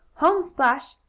home, splash!